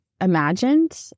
imagined